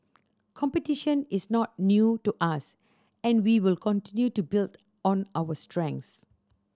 competition is not new to us and we will continue to build on our strength